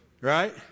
right